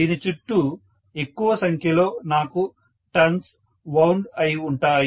దీని చుట్టూ ఎక్కువ సంఖ్యలో నాకు టర్న్స్ వౌండ్ అయి ఉంటాయి